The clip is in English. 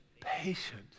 patient